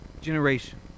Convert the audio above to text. generation